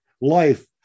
life